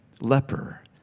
leper